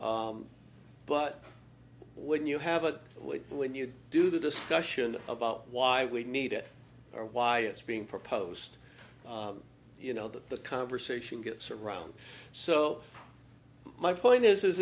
but when you have a when you do the discussion about why we need it or why it's being proposed you know that the conversation gets around so my point is